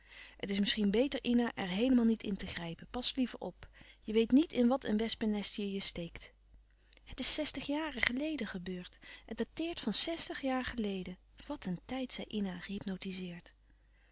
het is misschien beter ina er heelemaal niet in te grijpen pas liever op je weet niet in wat een wespennest je je steekt het is zestig jaren geleden gebeurd het dateert van zestig jaar geleden wat een tijd